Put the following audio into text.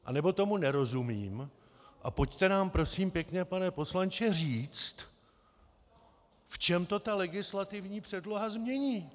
Anebo tomu nerozumím a pojďte nám prosím pěkně pane poslanče, říct, v čem to ta legislativní předloha změní.